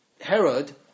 Herod